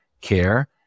care